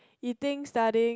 you think studying